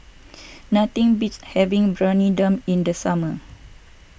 nothing beats having Briyani Dum in the summer